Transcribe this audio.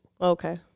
okay